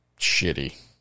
shitty